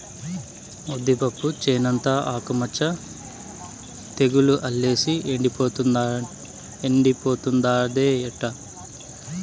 ఉద్దిపప్పు చేనంతా ఆకు మచ్చ తెగులు అల్లేసి ఎండిపోతుండాదే ఎట్టా